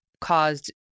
caused